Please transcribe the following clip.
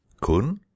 Kun